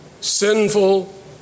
sinful